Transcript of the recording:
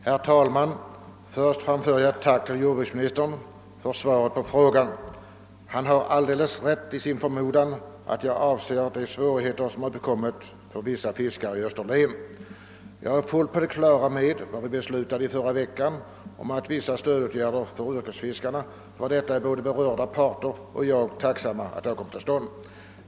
Herr talman! Först framför jag ett tack till jordbruksministern för svaret på frågan. Han har alldeles rätt i sin förmodan, att jag avser de svårigheter som har uppkommit för vissa fiskare i Österlen. Jag är fullt på det klara med att vi i förra veckan beslutade om vissa stödåtgärder för yrkesfiskare. Både de berörda parterna och jag är tacksamma för att detta beslut har fattats.